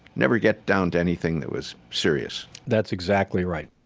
never get down to anything that was serious that's exactly right.